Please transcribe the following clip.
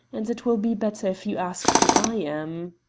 and it will be better if you ask who i am.